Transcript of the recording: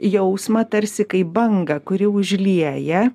jausmą tarsi kai bangą kuri užlieja